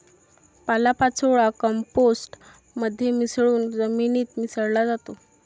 पालापाचोळा कंपोस्ट मध्ये मिसळून जमिनीत मिसळला जातो